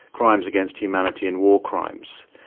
crimes against humanity and war crimes,